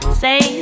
say